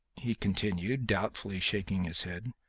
he continued, doubtfully, shaking his head,